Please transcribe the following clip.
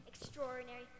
extraordinary